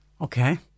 Okay